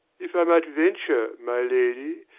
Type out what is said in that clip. if i might venture, my lady,